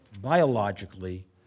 biologically